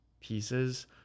pieces